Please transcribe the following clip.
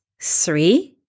three